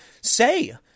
say